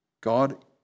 God